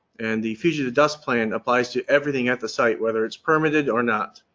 and the fugitive dust plan applies to everything at the site, whether it's permitted or not.